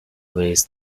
was